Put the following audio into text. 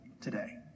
today